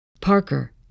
Parker